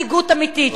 ורק מנהיגות אמיתית,